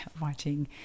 watching